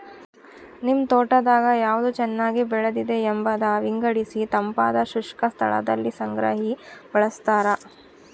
ನಿಮ್ ತೋಟದಾಗ ಯಾವ್ದು ಚೆನ್ನಾಗಿ ಬೆಳೆದಿದೆ ಎಂಬುದ ವಿಂಗಡಿಸಿತಂಪಾದ ಶುಷ್ಕ ಸ್ಥಳದಲ್ಲಿ ಸಂಗ್ರಹಿ ಬಳಸ್ತಾರ